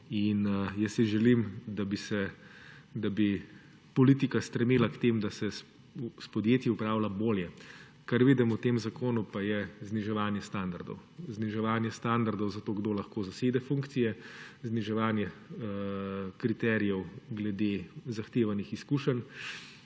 in jaz si želim, da bi politika strmela k temu, da se s podjetji upravlja bolje. Kar vidim v tem zakonu pa je zniževanje standardov. Zniževanje standardov zato, kdo lahko zasede funkcije, zniževanje kriterijev glede zahtevanih izkušenj